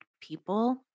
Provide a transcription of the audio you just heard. people